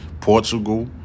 Portugal